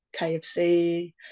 KFC